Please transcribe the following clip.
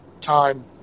time